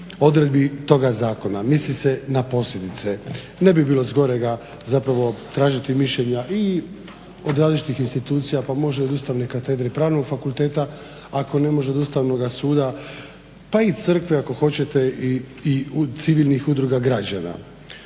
odredbi toga zakona. Misli se na posljedice. Ne bi bilo zgorega zapravo tražiti mišljenja i od različitih institucija pa možda jednostavno i katedre Pravnog fakulteta ako ne može od Ustavnoga suda, pa i Crkve ako hoćete i civilnih udruga građana.